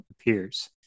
appears